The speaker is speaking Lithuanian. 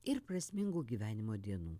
ir prasmingų gyvenimo dienų